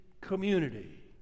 community